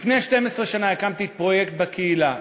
לפני 12 שנה הקמתי את פרויקט "בקהילה",